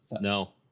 No